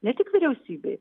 ne tik vyriausybėj